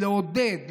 לעודד,